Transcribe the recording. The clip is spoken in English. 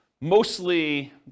mostly